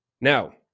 Now